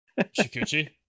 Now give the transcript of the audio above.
Shikuchi